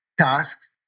tasks